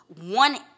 one